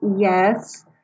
Yes